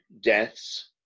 deaths